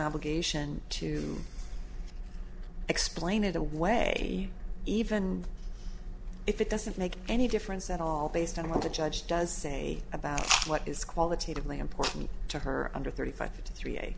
vigation to explain it away even if it doesn't make any difference at all based on what the judge does say about what is qualitatively important to her under thirty five to three